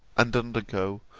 and undergo,